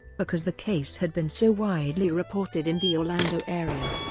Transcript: because the case had been so widely reported in the orlando area.